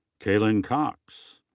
kaitlyn cox.